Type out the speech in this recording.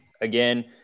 again